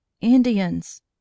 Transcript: Indians